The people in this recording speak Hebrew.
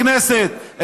בכנסת?